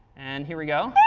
and here we go.